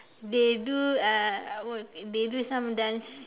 they do uh work they do some dance